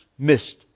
Missed